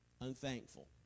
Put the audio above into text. unthankful